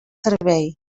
servei